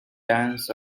dance